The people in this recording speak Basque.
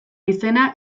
izena